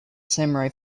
samurai